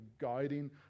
guiding